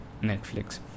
Netflix